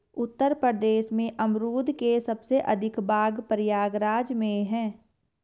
उत्तर प्रदेश में अमरुद के सबसे अधिक बाग प्रयागराज में है